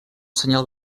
senyal